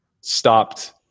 stopped